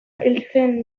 eltzeren